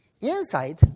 Inside